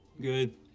Good